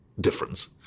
difference